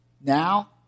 now